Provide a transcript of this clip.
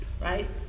right